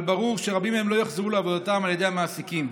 אבל ברור שרבים מהם לא יוחזרו לעבודתם על ידי המעסיקים.